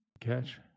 catch